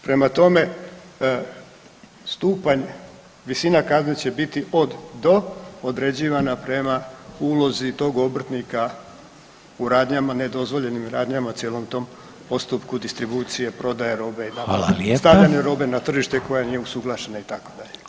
Prema tome stupanj visina kazne će biti od do određivana prema ulozi toga obrtnika u radnjama ne dozvoljenim radnjama u cijelom tom postupku distribucije, prodaje robe, stavljanje robe na tržište koja nije usuglašena itd.